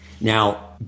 Now